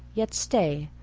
yet stay!